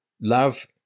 Love –